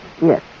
Yes